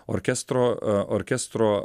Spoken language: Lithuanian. orkestro orkestro